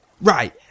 Right